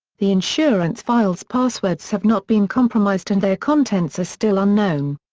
the insurance files' passwords have not been compromised and their contents are still unknown.